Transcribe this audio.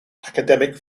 academic